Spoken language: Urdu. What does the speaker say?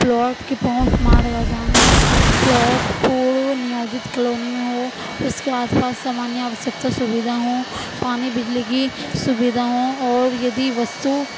پلاٹ کی پہنچ مار گزان ہو پلاٹ پورن نیوجت کالونی میں ہو اس کے آس پاس سمانیہ آوشیکتا سویدھا ہوں پانی بجلی کی سویدھا ہوں اور یدی وستو